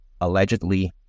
allegedly